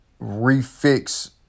refix